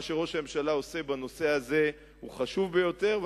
מה שראש הממשלה עושה בנושא הזה הוא חשוב ביותר,